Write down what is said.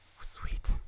Sweet